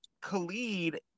khalid